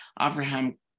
Abraham